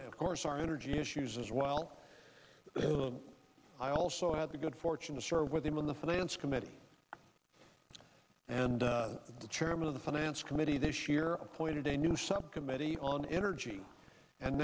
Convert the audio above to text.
of course our energy issues as well i also had the good fortune to serve with him in the finance committee and the chairman of the finance committee this year pointed to a new subcommittee on energy and